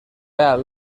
pèl